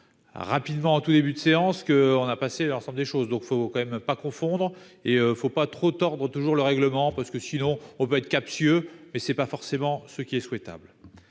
rapidement en tout début de séance que on a passé ensemble des choses, donc faut quand même pas confondre et il ne faut pas trop tordre toujours le règlement parce que sinon, on peut être Captieux, mais c'est pas forcément ce qui est souhaitable